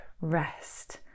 rest